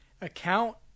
account